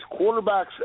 quarterbacks –